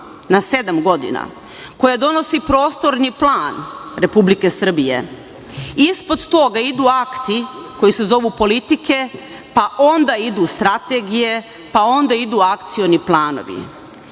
na sedam godina, koja donosi prostorni plan Republike Srbije. Ispod toga idu akti koji se zovu politike, pa onda idu strategije, pa onda idu akcioni planovi.